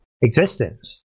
existence